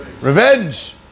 revenge